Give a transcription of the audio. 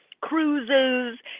cruises